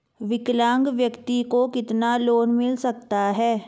विकलांग व्यक्ति को कितना लोंन मिल सकता है?